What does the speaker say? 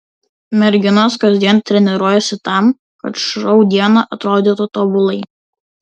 merginos kasdien treniruojasi tam kad šou dieną atrodytų tobulai